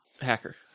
Hacker